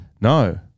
No